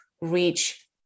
reach